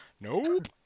Nope